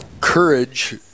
courage